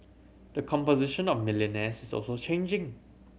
the composition of millionaires is also changing